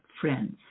friends